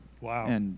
Wow